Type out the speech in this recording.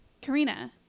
karina